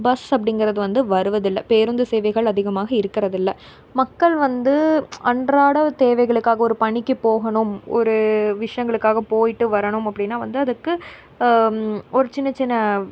bus அப்படிங்கிறது வந்து வருவதில்லை பேருந்து சேவைகள் அதிகமாக இருக்கிறதில்ல மக்கள் வந்து அன்றாட தேவைகளுக்காக ஒரு பணிக்கு போகணும் ஒரு விஷயங்களுக்காக போய்ட்டு வரணும் அப்படின்னா வந்து அதுக்கு ஒரு சின்ன சின்ன